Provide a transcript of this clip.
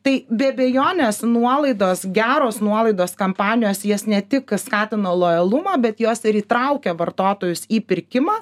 tai be abejonės nuolaidos geros nuolaidos kampanijos jas ne tik skatina lojalumą bet jos ir įtraukia vartotojus į pirkimą